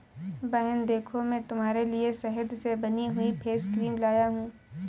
बहन देखो मैं तुम्हारे लिए शहद से बनी हुई फेस क्रीम लाया हूं